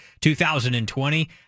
2020